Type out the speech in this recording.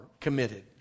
committed